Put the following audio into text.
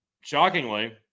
shockingly